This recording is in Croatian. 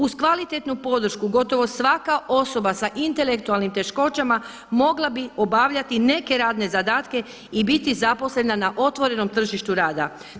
Uz kvalitetnu podršku gotovo svaka osoba sa intelektualnim teškoćama mogla bi obavljati neke radne zadatke i biti zaposlena na otvorenom tržištu rada.